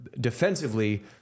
defensively